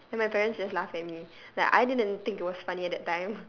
and my parents just laughed at me like I didn't think it was funny at that time